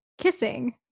kissing